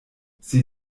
sie